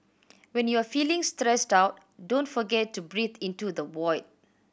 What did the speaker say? when you are feeling stressed out don't forget to breathe into the void